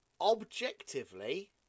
objectively